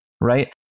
Right